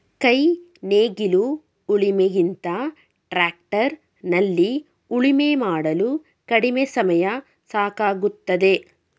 ಕೈ ನೇಗಿಲು ಉಳಿಮೆ ಗಿಂತ ಟ್ರ್ಯಾಕ್ಟರ್ ನಲ್ಲಿ ಉಳುಮೆ ಮಾಡಲು ಕಡಿಮೆ ಸಮಯ ಸಾಕಾಗುತ್ತದೆ